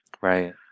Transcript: Right